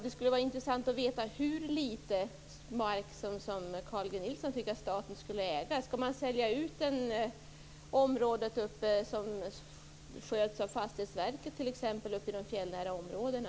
Det skulle vara intressant att veta hur litet mark Carl G Nilsson tycker att staten borde äga. Skall man sälja ut t.ex. det område som sköts av Fastighetsverket uppe i de fjällnära områdena?